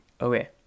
Okay